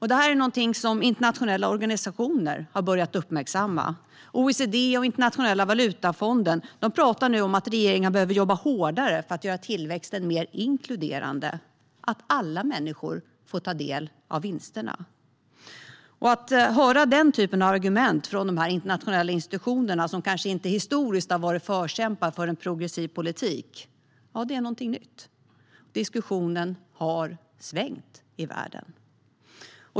Det här är någonting som internationella organisationer har börjat uppmärksamma. OECD och Internationella valutafonden pratar nu om att regeringar behöver jobba hårdare för att göra tillväxten mer inkluderande, så att alla människor får ta del av vinsterna. Att höra den typen av argument från de internationella institutionerna, som kanske inte historiskt har varit förkämpar för en progressiv politik, är någonting nytt. Diskussionen har svängt i världen.